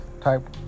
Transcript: type